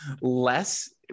less